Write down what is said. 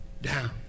Down